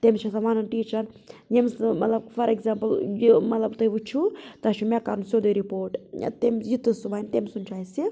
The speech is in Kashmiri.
تٔمِس چھُ آسان وَنُن ٹیچرَن ییٚمِس نہٕ مَطلَب فار ایٚکزامپٕل مطلَب تُہۍ وُچھو تۄہہِ چھو مےٚ کَرُن سیٚدُے رِپوٹ تمہِ یہِ تہِ سُہ وَنہِ تٔمۍ سُنٛد چھُ اَسہِ